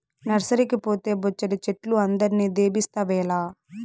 నర్సరీకి పోతే బొచ్చెడు చెట్లు అందరిని దేబిస్తావేల